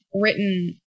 written